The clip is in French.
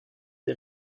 des